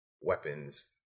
weapons